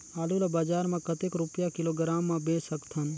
आलू ला बजार मां कतेक रुपिया किलोग्राम म बेच सकथन?